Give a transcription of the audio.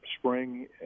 spring